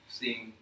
seeing